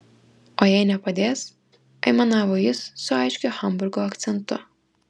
o jei nepadės aimanavo jis su aiškiu hamburgo akcentu